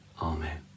Amen